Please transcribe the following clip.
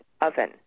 oven